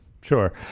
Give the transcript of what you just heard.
Sure